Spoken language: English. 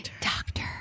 Doctor